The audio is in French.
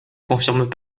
confirment